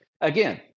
again